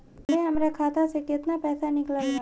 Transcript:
काल्हे हमार खाता से केतना पैसा निकलल बा?